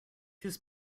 this